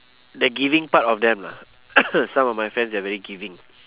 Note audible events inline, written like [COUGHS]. that giving part of them ah [COUGHS] some of my friends they're very giving